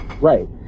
Right